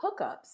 hookups